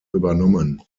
übernommen